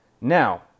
Now